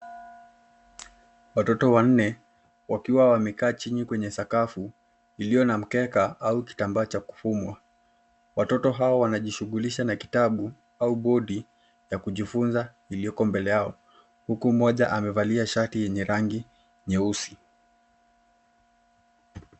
Watoto wanne, wakiwa wamekaa chini kwenye sakafu, iliyo na mkeka au kitambaa cha kufumwa. Watoto hawa wanajishughulisha na kitabu au bodi ya kujifunza iliyoko mbele yao. Huku mmoja amevalia shati yenye rangi nyeusi.